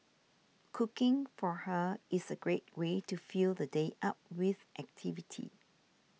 cooking for her is a great way to fill the day up with activity